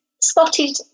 spotted